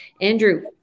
Andrew